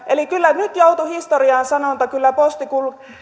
eli kyllä nyt joutui historiaan sanonta kyllä